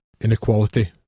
inequality